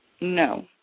No